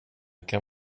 kan